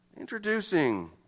introducing